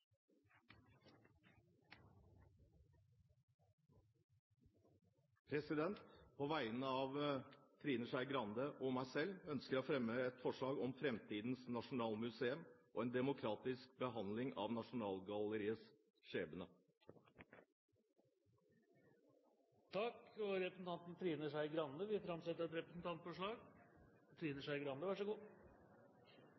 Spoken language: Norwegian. På vegne av Trine Skei Grande og meg selv ønsker jeg å fremme et forslag om fremtidens nasjonalmuseum og en demokratisk behandling av Nasjonalgalleriets skjebne. Representanten Trine Skei Grande vil framsette et representantforslag.